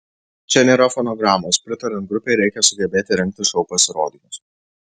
čia nėra fonogramos pritariant grupei reikia sugebėti rengti šou pasirodymus